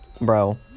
Bro